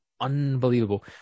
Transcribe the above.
unbelievable